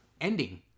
ending